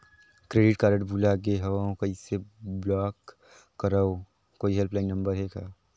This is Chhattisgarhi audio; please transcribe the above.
क्रेडिट कारड भुला गे हववं कइसे ब्लाक करव? कोई हेल्पलाइन नंबर हे का?